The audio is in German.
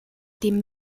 dem